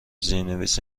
زیرنویس